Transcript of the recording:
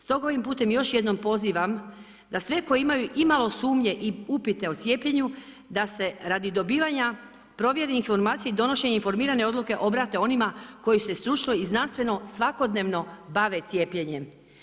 Stoga ovim putem još jednom pozivam da sve koji imaju imalo sumnje i upite o cijepljenju, da se radi dobivanja provjerenih informacija i donošenje informirane odluke obrate onima koji se stručno i znanstveno svakodnevno bave cijepljenjem.